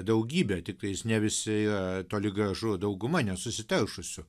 daugybė tiktais ne visi toli gražu dauguma nesusiteršusių